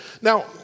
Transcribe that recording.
Now